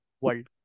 world